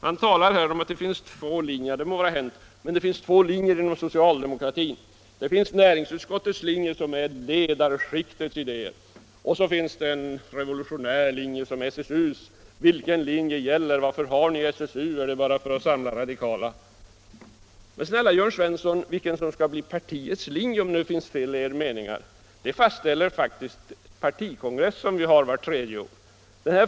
Han talade om att det fanns två linjer inom socialdemokratin, nämligen utskottets linje som är ledarskiktets idéer och sedan en revolutionär linje som är SSU:s. Vilken linje gäller och varför har ni SSU? frågar Jörn Svensson. Är det bara för att samla de radikala? Men snälla Jörn Svensson, vilken linje som skall bli partiets linje — om det nu finns flera meningar — fastställer den partikongress som vi har vart tredje år.